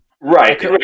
Right